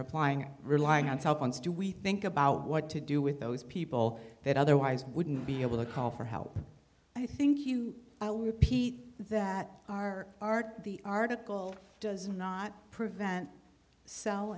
replying or relying on cell phones do we think about what to do with those people that otherwise wouldn't be able to call for help i think you i'll repeat that our art the article does not prevent cell